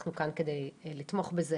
אנחנו כאן כדי לתמוך בזה,